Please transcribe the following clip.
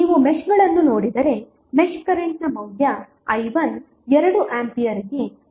ನೀವು ಮೆಶ್ಗಳನ್ನು ನೋಡಿದರೆ ಮೆಶ್ ಕರೆಂಟ್ನ ಮೌಲ್ಯ i1 2 ಆಂಪಿಯರ್ಗೆ ಸಮಾನವಾಗಿರುತ್ತದೆ